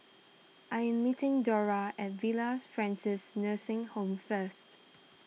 I am meeting Dora at Villa Francis Nursing Home first